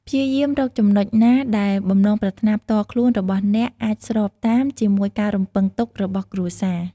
ព្យាយាមរកចំណុចណាដែលបំណងប្រាថ្នាផ្ទាល់ខ្លួនរបស់អ្នកអាច ស្របគ្នា ជាមួយការរំពឹងទុករបស់គ្រួសារ។